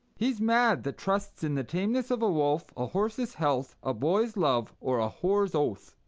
he's mad that trusts in the tameness of a wolf, a horse's health, a boy's love, or a whore's oath.